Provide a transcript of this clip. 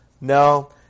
No